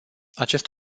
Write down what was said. acest